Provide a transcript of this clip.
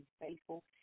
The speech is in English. faithful